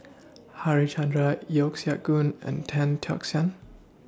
Harichandra Yeo Siak Goon and Tan Tock San